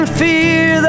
fear